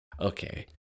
Okay